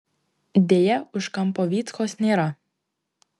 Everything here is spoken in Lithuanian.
deja už kampo vyckos nėra